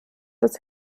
des